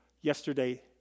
yesterday